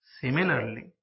Similarly